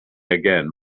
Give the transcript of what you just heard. again